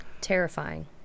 terrifying